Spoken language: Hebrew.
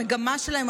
המגמה שלהן,